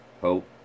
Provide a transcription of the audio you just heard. Hope